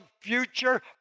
future